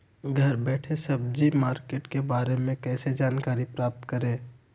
घर बैठे सब्जी मार्केट के बारे में कैसे जानकारी प्राप्त करें?